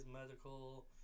medical